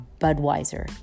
Budweiser